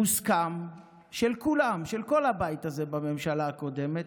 מוסכם, של כולם, של כל הבית הזה בממשלה הקודמת,